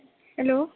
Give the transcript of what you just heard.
hello